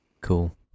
Cool